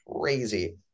crazy